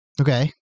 okay